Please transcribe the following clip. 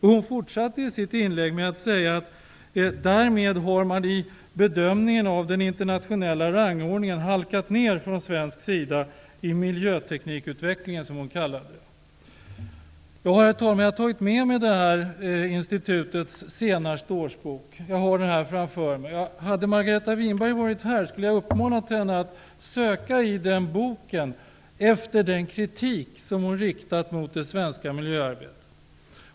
Hon fortsatte sitt inlägg med att säga att man från svensk sida i den internationella rangordningen halkat ner i sin miljöteknikutveckling, som hon kallar det. Jag har, herr talman, tagit med mig institutets senaste årsbok, och jag har den här framför mig. Hade Margareta Winberg varit här, skulle jag ha uppmanat henne att söka i den boken efter den kritik som hon riktar mot det svenska miljöarbetet.